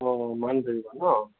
অঁ মান ধৰিব ন